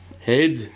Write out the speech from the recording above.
Head